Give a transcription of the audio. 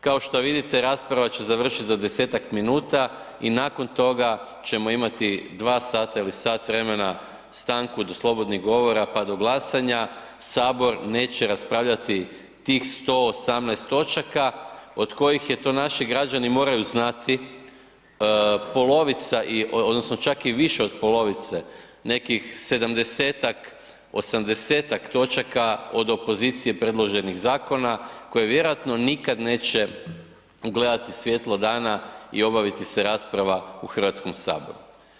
Kao što vidite rasprava će završiti za desetak minuta i nakon toga ćemo imati dva sata ili sat vremena stanku do slobodnih govora pa do glasanja, Sabor neće raspravljati tih 118 točaka od kojih je, to naši građani moraju znati polovica odnosno čak i više od polovice nekih 70-ak, 80-ak točaka od opozicije predloženih zakona koji vjerojatno nikada neće ugledati svjetlo dana i obaviti se rasprava u Hrvatskom saboru.